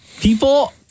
people